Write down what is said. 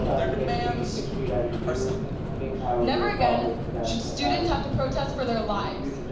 their demands are simple never again should students have to protest for their lives.